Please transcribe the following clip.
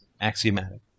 axiomatic